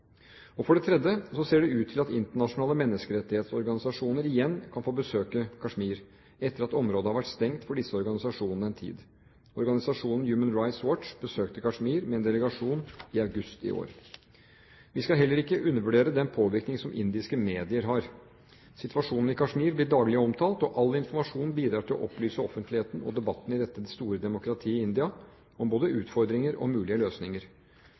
For det tredje ser det ut til at internasjonale menneskerettsorganisasjoner igjen kan få besøke Kashmir etter at området har vært stengt for disse organisasjonene en tid. Organisasjonen Human Rights Watch besøkte Kashmir med en delegasjon i august i år. Vi skal heller ikke undervurdere den påvirkning som indiske medier har. Situasjonen i Kashmir blir daglig omtalt, og all informasjon bidrar til å opplyse offentligheten og debattene i dette store demokratiet India om både utfordringer og mulige løsninger.